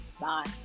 Bye